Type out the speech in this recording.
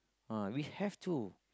ah we have to